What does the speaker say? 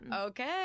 okay